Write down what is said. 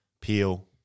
Peel